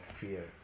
fear